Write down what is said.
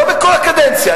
לא בכל הקדנציה,